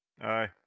aye